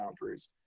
boundaries